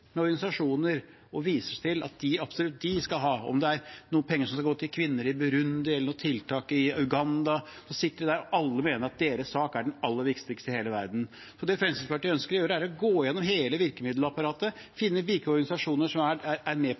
organisasjoner som viser til at absolutt de skal ha, om det er penger som skal gå til kvinner i Burundi, eller til tiltak i Uganda, så sitter de der alle og mener at deres sak er den aller viktigste i hele verden. Det Fremskrittspartiet ønsker å gjøre, er å gå igjennom hele virkemiddelapparatet, finne ut hvilke organisasjoner som er med på dette, hvor mange ansatte de er